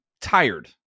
tired